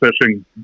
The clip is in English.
fishing